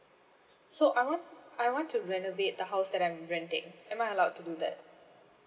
so I want to I want to renovate the house that I'm renting am I allowed to do that